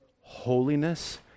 holiness